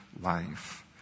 life